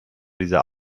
dieser